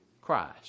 Christ